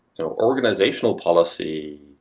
so organizational policy,